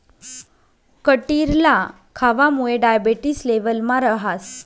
कटिरला खावामुये डायबेटिस लेवलमा रहास